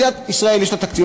מדינת ישראל יש לה תקציב,